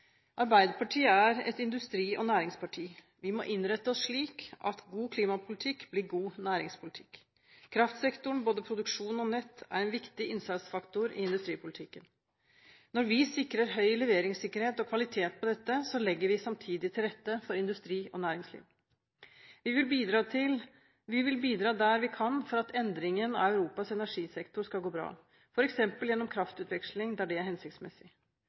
Arbeiderpartiet er et industri- og næringsparti. Vi må innrette oss slik at god klimapolitikk blir god næringspolitikk. Kraftsektoren – både produksjon og nett – er en viktig innsatsfaktor i industripolitikken. Når vi sikrer høy leveringssikkerhet og kvalitet på dette, legger vi samtidig til rette for industri og næringsliv. Vi vil bidra der vi kan for at endringen av Europas energisektor skal gå bra – f.eks. gjennom kraftutveksling der det er hensiktsmessig.